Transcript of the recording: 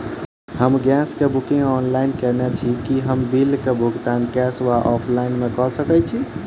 हम गैस कऽ booking online केने छी, की हम बिल कऽ भुगतान कैश वा ऑफलाइन मे कऽ सकय छी?